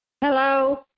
Hello